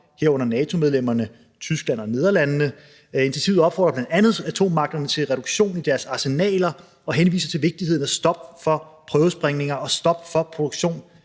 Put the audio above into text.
herunder NATO-medlemmerne Tyskland og Nederlandene. Initiativet opfordrer bl.a. atommagterne til reduktion i deres arsenaler og henviser til vigtigheden af stop for prøvesprængninger og stop for produktion